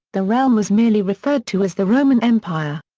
the realm was merely referred to as the roman empire.